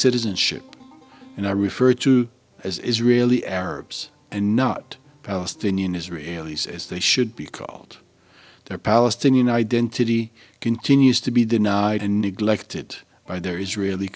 citizenship and i referred to as israeli arabs and not palestinian israelis as they should be called their palestinian identity continues to be denied and neglected by their israeli